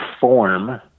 form